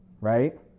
Right